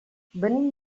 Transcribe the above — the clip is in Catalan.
venim